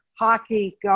hockey